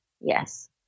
Yes